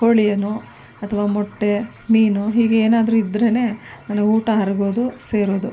ಕೋಳಿಯನ್ನೋ ಅಥವಾ ಮೊಟ್ಟೆ ಮೀನು ಹೀಗೆ ಏನಾದ್ರೂ ಇದ್ದರೇನೇ ನನಗೆ ಊಟ ಅರಗೋದು ಸೇರೋದು